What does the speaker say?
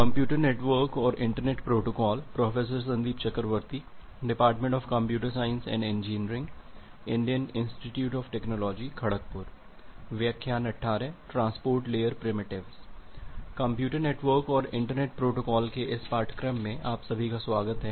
computer network और internet protocol के इस पाठ्यक्रम में आप सभी का स्वागत है